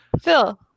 Phil